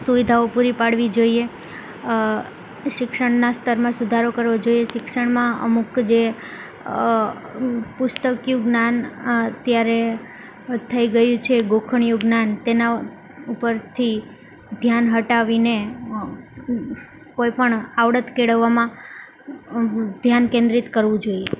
સુવિધાઓ પૂરી પાડવી જોઈએ શિક્ષણનાં સ્તરમાં સુધારો કરવો જોઈએ શિક્ષણમાં અમુક જે પુસ્તકિયું જ્ઞાન અત્યારે થઈ ગયું છે ગોખણિયું જ્ઞાન તેના ઉપરથી ધ્યાન હટાવીને કોઈપણ આવડત કેળવવામાં ધ્યાન કેન્દ્રિત કરવું જોઈએ